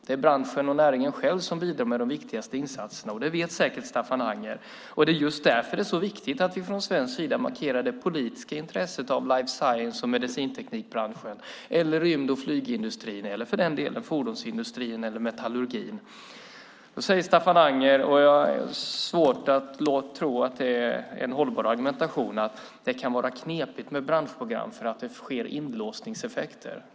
Det är branschen och näringen själv som bidrar med de viktigaste insatserna. Det vet säkert Staffan Anger. Det är just därför som det är så viktigt att vi från svensk sida markerar det politiska intresset av life science och medicinteknikbranschen, rymd och flygindustrin eller för den delen fordonsindustrin eller metallurgin. Staffan Anger säger - jag har svårt att tro att det är en hållbar argumentation - att det kan vara knepigt med branschprogram för att det sker inlåsningseffekter.